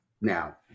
now